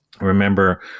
Remember